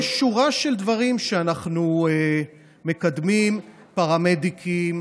יש שורה של דברים שאנחנו מקדמים: פרמדיקים,